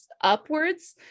upwards